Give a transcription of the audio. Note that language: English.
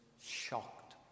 shocked